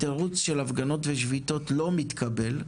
התירוץ של הפגנות ושביתות לא מתקבל,